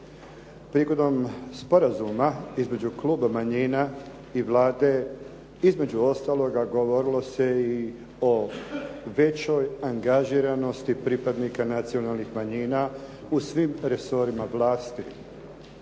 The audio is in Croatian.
Prigodom sporazuma između Kluba manjina i Vlade između ostaloga govorilo se i o većoj angažiranosti pripadnika nacionalnih manjina u svim resorima vlasti.